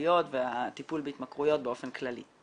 הטיפוליות והטיפול בהתמכרויות באופן כללי.